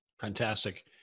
Fantastic